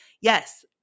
yes